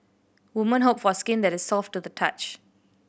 woman hope for skin that is soft to the touch